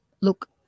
look